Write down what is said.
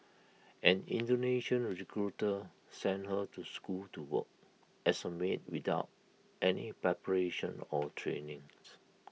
an Indonesian recruiter sent her to school to work as A maid without any preparation or trainings